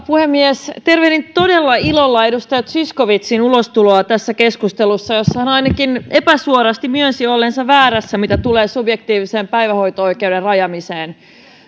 puhemies tervehdin todella ilolla edustaja zyskowiczin ulostuloa tässä keskustelussa jossa hän ainakin epäsuorasti myönsi olleensa väärässä mitä tulee subjektiivisen päivähoito oikeuden rajaamiseen